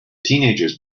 teenagers